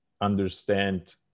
understand